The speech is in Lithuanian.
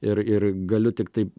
ir ir galiu tiktai